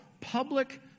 public